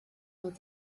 mit